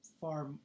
far